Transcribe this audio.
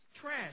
trash